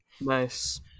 Nice